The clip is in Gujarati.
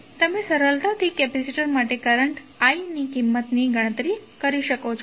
તો તમે સરળતાથી કેપેસિટર માટે કરંટ i ની કિંમતની ગણતરી કરી શકો છો